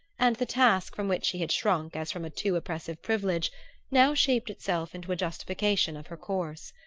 and the task from which she had shrunk as from a too-oppressive privilege now shaped itself into a justification of her course.